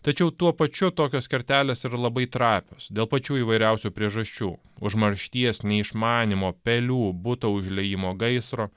tačiau tuo pačiu tokios kertelės yra labai trapios dėl pačių įvairiausių priežasčių užmaršties neišmanymo pelių buto užliejimo gaisro